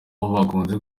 bakunze